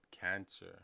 cancer